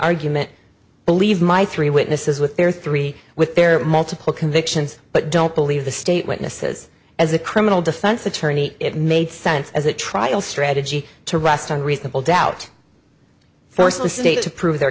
argument believe my three witnesses with their three with their multiple convictions but don't believe the state witnesses as a criminal defense attorney it made sense as a trial strategy to rest on reasonable doubt force the state to prove their